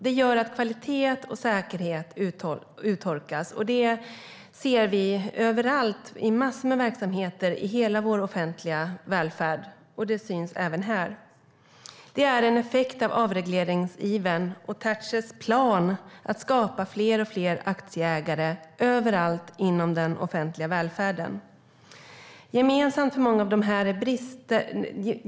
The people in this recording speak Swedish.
Det gör att kvalitet och säkerhet urholkas, något som vi ser överallt i massor av verksamheter i hela vår offentliga välfärd, och det syns även här. Detta är effekt av avregleringsivern och Thatchers plan att skapa fler aktieägare överallt inom den offentliga välfärden.